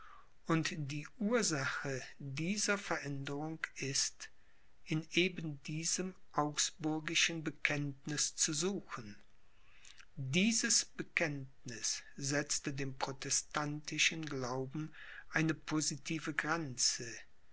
und die ursache dieser veränderung ist in eben diesem augsburgischen bekenntniß zu suchen dieses bekenntniß setzte dem protestantischen glauben eine positive grenze